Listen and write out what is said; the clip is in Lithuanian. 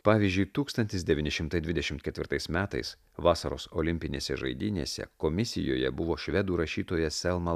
pavyzdžiui tūkstantis devyni šimtai dvidešimt ketvirtais metais vasaros olimpinėse žaidynėse komisijoje buvo švedų rašytoja selma